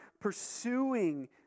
pursuing